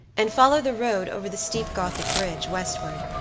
and follow the road over the steep gothic bridge, westward,